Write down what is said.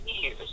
years